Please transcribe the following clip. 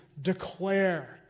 declare